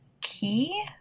Key